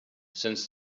since